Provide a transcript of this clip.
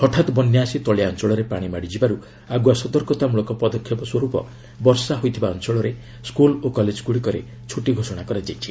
ହଠାତ୍ ବନ୍ୟା ଆସି ତଳିଆ ଅଞ୍ଚଳରେ ପାଣି ମାଡ଼ିଯିବାରୁ ଆଗୁଆ ସତର୍କତା ମୃଳକ ପଦକ୍ଷେପ ସ୍ୱର୍ପ ବର୍ଷା ହୋଇଥିବା ଅଞ୍ଚଳରେ ସ୍କୁଲ୍ ଓ କଲେଜଗୁଡ଼ିକରେ ଛୁଟି ଘୋଷଣା କରାଯାଇଛି